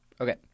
Okay